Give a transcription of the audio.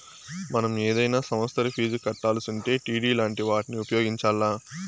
మనం ఏదైనా సమస్తరి ఫీజు కట్టాలిసుంటే డిడి లాంటి వాటిని ఉపయోగించాల్ల